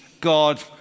God